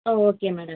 ah okay madam